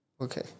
Okay